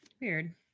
Weird